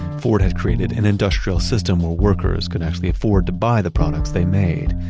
ford had created an industrial system where workers can actually afford to buy the products they made,